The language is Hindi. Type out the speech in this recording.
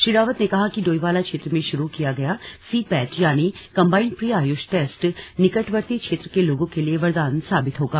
श्री रावत ने कहा कि डोईवाला क्षेत्र में शुरू किया गया सीपैट यानी कम्बाइन्ड प्री आयुष टेस्ट निकटवर्ती क्षेत्र के लोगों के लिए वरदान साबित होगा